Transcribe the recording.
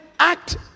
Act